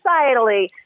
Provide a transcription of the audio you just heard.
societally